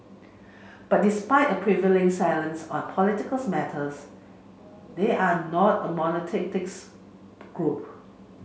but despite a prevailing silence on political matters they are not a group